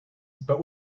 but